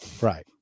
Right